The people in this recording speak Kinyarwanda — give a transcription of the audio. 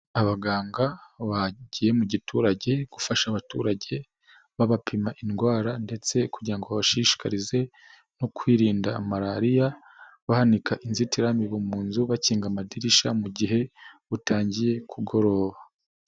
Abaganga bagiye mu giturage, gufasha abaturage, babapima indwara ndetse kugira ngo bashishikarize no kwirinda malariya, bamanika inzitiramibu mu nzu, bakinga amadirishya mu gihe butangiye kugoroba.